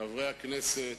חברי הכנסת,